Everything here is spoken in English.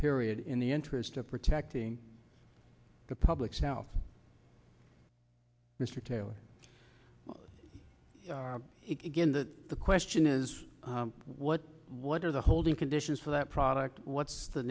period in the interest of protecting the public south mr taylor again that the question is what what are the holding conditions for that product what's the